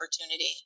opportunity